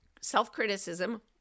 self-criticism